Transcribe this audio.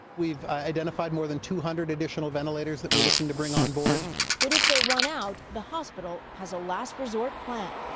we've identified more than two hundred additional ventilators that we're looking to bring onboard. reporter but if they run out, the hospital has a last resort plan.